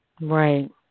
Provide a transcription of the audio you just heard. Right